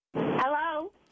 Hello